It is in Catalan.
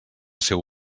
seu